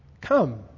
come